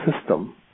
system